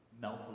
melt